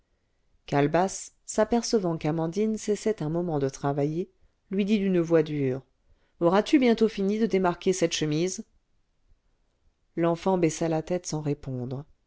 calebasse s'apercevant qu'amandine cessait un moment de travailler lui dit d'une voix dure auras-tu bientôt fini de démarquer cette chemise l'enfant baissa la tête sans répondre